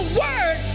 word